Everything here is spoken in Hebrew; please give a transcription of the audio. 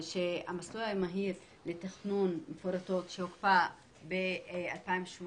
המסלול המהיר לתכנון מפורטות שהוקפא ב-2018,